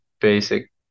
basic